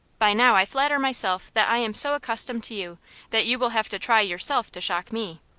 by now i flatter myself that i am so accustomed to you that you will have to try yourself to shock me.